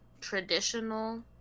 traditional